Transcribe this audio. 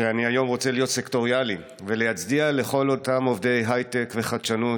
שאני היום רוצה להיות סקטוריאלי ולהצדיע לכל אותם עובדי הייטק וחדשנות,